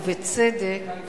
ובצדק,